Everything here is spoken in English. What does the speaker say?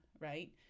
Right